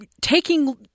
taking